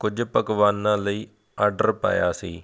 ਕੁੱਝ ਪਕਵਾਨਾਂ ਲਈ ਆਡਰ ਪਾਇਆ ਸੀ